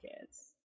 Kids